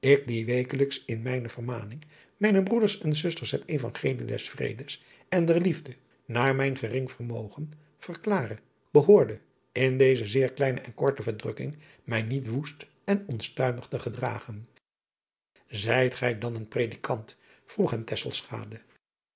die wekelijks in mijne vermaning mijnen broeders en zusters het vangelie des vredes en der liefde naar mijn gering vermogen verklare behoorde in deze zeer kleine en korte verdrukking mij niet woest en onstuimig te gedragen ijt gij dan een redikant vroeg